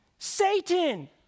Satan